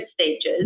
stages